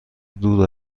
دور